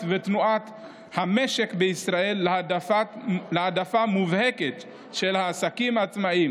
ותנועת המשק בישראל להעדפה מובהקת של העסקת עצמאים